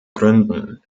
gründen